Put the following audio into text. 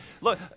look